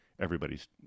everybody's